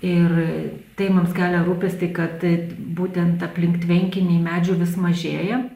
ir tai mums kelia rūpestį kad būtent aplink tvenkinį medžių vis mažėja